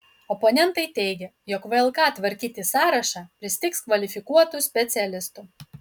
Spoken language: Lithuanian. oponentai teigia jog vlk tvarkyti sąrašą pristigs kvalifikuotų specialistų